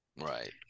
right